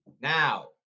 Now